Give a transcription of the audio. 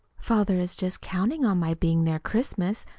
father is just counting on my being there christmas,